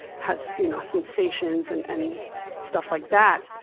has you know sensations and and stuff like that.